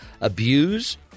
abuse